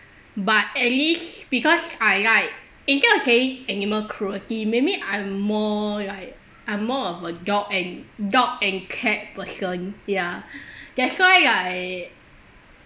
but at least because I like instead of saying animal cruelty maybe I'm more like I'm more of a dog and dog and cat person ya that's why I